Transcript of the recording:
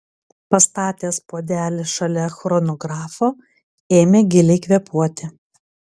pastatęs puodelį šalia chronografo ėmė giliai kvėpuoti